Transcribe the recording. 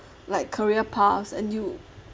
like career paths and you